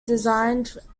designed